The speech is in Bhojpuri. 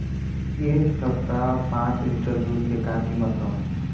एह सप्ताह पाँच लीटर दुध के का किमत ह?